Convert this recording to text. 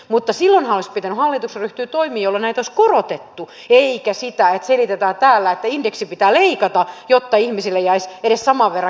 mutta silloinhan olisi pitänyt hallituksen ryhtyä toimiin jolloin näitä olisi korotettu eikä siihen että selitetään täällä että indeksi pitää leikata jotta ihmisille jäisi edes saman verran käteen